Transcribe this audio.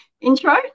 intro